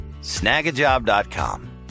Snagajob.com